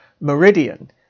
Meridian